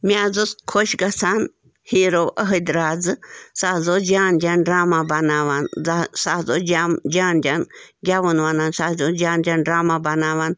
مےٚ حظ اوس خۄش گژھان ہیٖرو أہَدۍ رازٕ سُہ حظ اوس جان جان ڈرامہ بَناوان سُہ حظ اوس جام جان جان گیٚوُن وَنان سُہ حظ اوس جان جان ڈرٛامہ بَناوان